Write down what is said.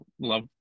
love